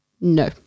No